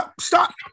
Stop